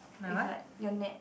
if like your neck